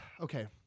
okay